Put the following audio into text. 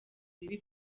bibi